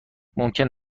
ممکن